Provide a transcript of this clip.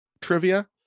trivia